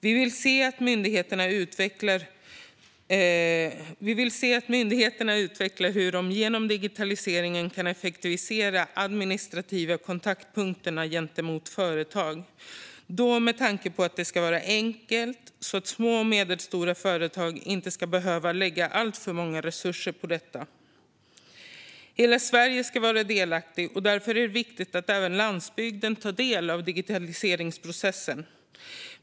Vi vill se att myndigheterna utvecklar sitt sätt att genom digitaliseringen effektivisera de administrativa kontaktpunkterna gentemot företag. Tanken ska vara att det ska vara enkelt så att små och medelstora företag inte ska behöva lägga alltför stora resurser på detta. Hela Sverige ska vara delaktigt, och därför är det viktigt att även landsbygden tar del av digitaliseringsprocessen.